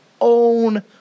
own